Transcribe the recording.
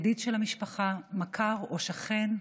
ידיד של המשפחה, מכר או שכן.